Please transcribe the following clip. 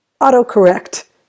auto-correct